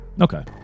Okay